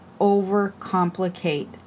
overcomplicate